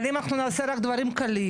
אבל אם אנחנו נעשה רק דברים קלים,